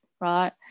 right